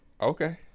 Okay